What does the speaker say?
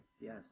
yes